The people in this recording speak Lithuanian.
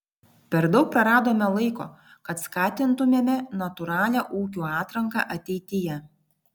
per daug praradome laiko kad skatintumėme natūralią ūkių atranką ateityje